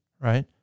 right